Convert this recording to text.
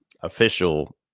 official